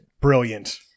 Brilliant